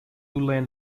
lane